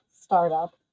startup